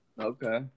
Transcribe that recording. Okay